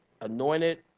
anointed